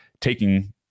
taking